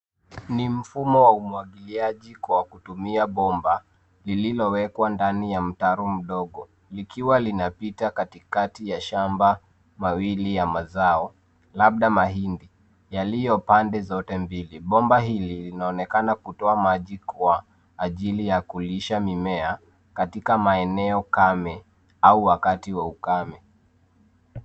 Ni mfumo wa umwagiliaji kwa kutumia bomba lililowekwa ndani ya mtaro mdogo likiwa linapita katikati ya shamba mawili ya mazao, labda mahindi yaliyo pande zote mbili. Bomba hili linaonekana kutoa maji kwa ajili ya kulisha mimea katika maeneo kame au wakati wa ukame.